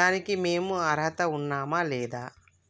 దానికి మేము అర్హత ఉన్నామా లేదా?